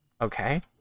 Okay